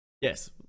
yes